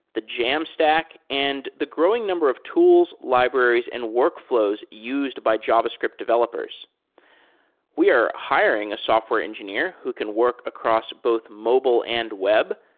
the jam stack and the growing number of tools, libraries and workflows used by javascript developers we are hiring a software engineer who can work across both mobile and web.